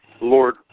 Lord